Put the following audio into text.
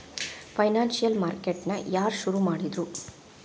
Financial market ನ ಯಾರ್ ಶುರುಮಾಡಿದ್ರು?